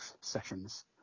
sessions